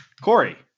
Corey